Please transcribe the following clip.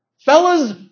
Fellas